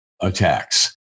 attacks